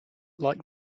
like